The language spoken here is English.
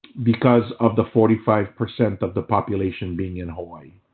because of the forty five percent of the population being in hawaii.